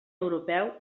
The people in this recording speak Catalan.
europeu